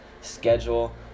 schedule